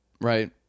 right